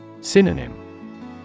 Synonym